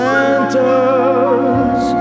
Santa's